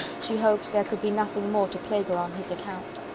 she hoped there could be nothing more to plague her on his account.